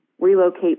relocate